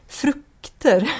frukter